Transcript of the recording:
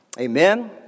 Amen